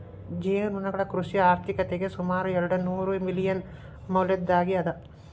ಜೇನುನೊಣಗಳು ಕೃಷಿ ಆರ್ಥಿಕತೆಗೆ ಸುಮಾರು ಎರ್ಡುನೂರು ಮಿಲಿಯನ್ ಮೌಲ್ಯದ್ದಾಗಿ ಅದ